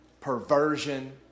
perversion